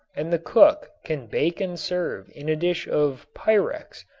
and the cook can bake and serve in a dish of pyrex,